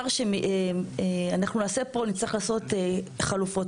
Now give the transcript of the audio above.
נצטרך לעשות חלופות.